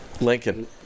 Lincoln